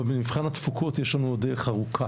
אבל במבחן התפוקות יש לנו עוד דרך ארוכה,